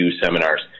seminars